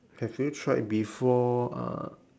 have you tried before uh